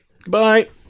Goodbye